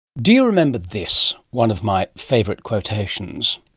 do you remember this one of my favourite quotations